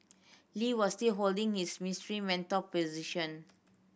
Lee was still holding his Minister Mentor position